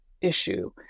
issue